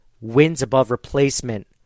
wins-above-replacement